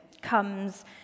comes